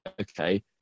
okay